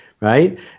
right